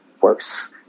worse